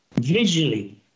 visually